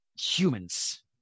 humans